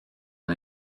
and